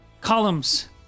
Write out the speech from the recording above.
columns